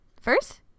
First